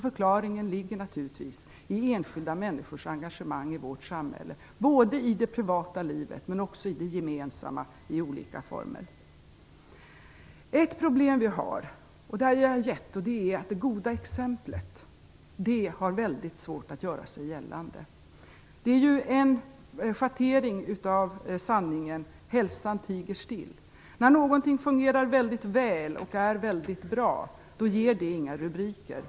Förklaringen ligger naturligtvis i enskilda människors engagemang i vårt samhälle i det privata livet men också i olika former i det gemensamma livet. Ett problem vi har, och där ger jag er rätt, är att det goda exemplet har väldigt svårt att göra sig gällande. Det är en schattering av sanningen: hälsan tiger still. När någonting fungerar väldigt väl och är väldigt bra ger det inga rubriker.